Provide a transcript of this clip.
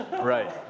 Right